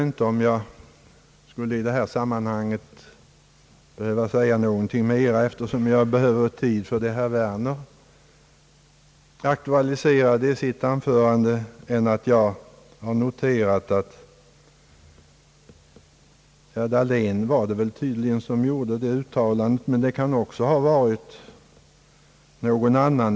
Eftersom jag behöver tid för att beröra det som herr Werner aktualiserade 1 sitt anförande, skall jag i detta ämne nu inte anföra något mer än att jag har noterat ett uttalande, som tydligen har gjorts av herr Dahlén. Det kan också ha varit någon annan.